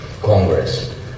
Congress